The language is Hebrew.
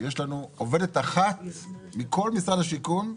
יש לנו עובדת אחת בכל משרד השיכון,